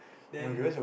then